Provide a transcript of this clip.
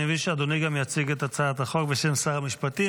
אני מבין שאדוני גם מציג את הצעת החוק בשם שר המשפטים.